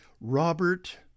Robert